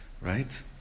right